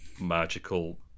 magical